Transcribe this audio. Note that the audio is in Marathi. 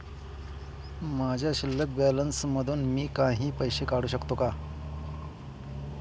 माझ्या शिल्लक बॅलन्स मधून मी काही पैसे काढू शकतो का?